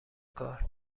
کار